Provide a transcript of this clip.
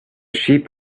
sheep